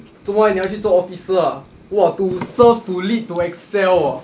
做么 eh 你要去做 officer ah !wah! to serve to lead to excel ah